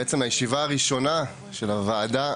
זו בעצם הישיבה הראשונה של הוועדה